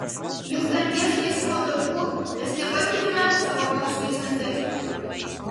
juk danties taisymo darbų mes nepatikime savamoksliui santechnikui